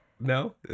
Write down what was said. No